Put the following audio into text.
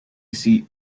seat